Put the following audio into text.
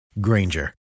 Granger